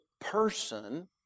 person